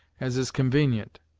as is convenient.